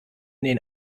den